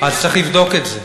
אז צריך לבדוק את זה.